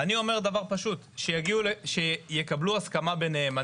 אני אומר דבר פשוט, שיקבלו הסכמה ביניהם.